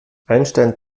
einstein